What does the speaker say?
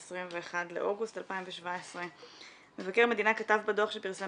ב-21 באוגוסט 2017. מבקר המדינה כתב בדוח שפרסם